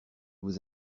vous